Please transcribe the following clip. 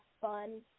fun